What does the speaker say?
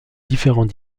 différents